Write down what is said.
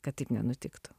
kad taip nenutiktų